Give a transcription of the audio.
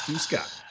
Scott